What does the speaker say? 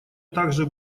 также